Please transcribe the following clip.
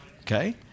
okay